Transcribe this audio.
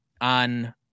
on